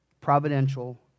providential